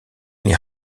les